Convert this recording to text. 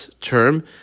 term